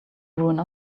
ruin